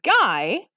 guy